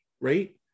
right